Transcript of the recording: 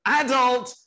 adult